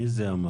מי זה הוא?